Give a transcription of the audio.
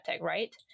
right